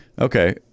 Okay